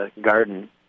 garden